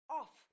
off